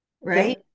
right